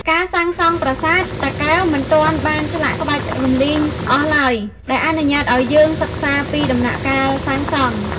ការសាងសង់ប្រាសាទតាកែវមិនទាន់បានឆ្លាក់ក្បាច់រំលីងអស់ឡើយ ដែលអនុញ្ញាតឱ្យយើងសិក្សាពីដំណាក់កាលសាងសង់។